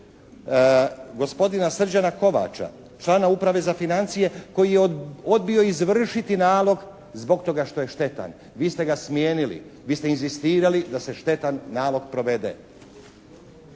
gospodina Srđana Kovača, člana uprave za financije koji je odbio izvršiti nalog zbog toga što je štetan. Vi ste ga smijenili. Vi ste inzistirali da se štetan nalog provede.